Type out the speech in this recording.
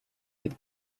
від